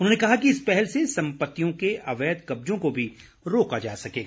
उन्होंने कहा कि इस पहल से सम्पत्तियों के अवैध कब्जों को भी रोका जा सकेगा